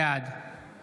בעד